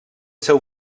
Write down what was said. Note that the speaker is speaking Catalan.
seu